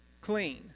clean